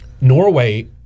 Norway